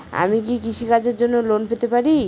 আমি কি কৃষি কাজের জন্য লোন পেতে পারি?